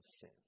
sin